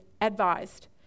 advised